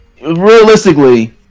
realistically